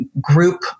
group